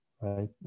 right